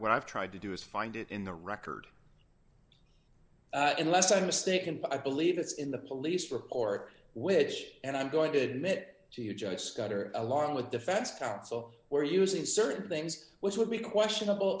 what i've tried to do is find it in the record unless i'm mistaken but i believe it's in the police report which and i'm going to admit to your judge scudder along with defense counsel were using certain things which would be questionable